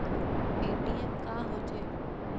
ATM का होथे?